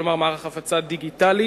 כלומר מערך הפצה דיגיטלי,